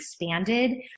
expanded